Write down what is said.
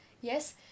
yes